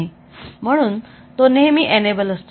म्हणून तो नेहमी एनेबल असतो